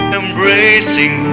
embracing